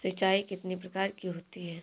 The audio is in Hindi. सिंचाई कितनी प्रकार की होती हैं?